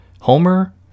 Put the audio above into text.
Homer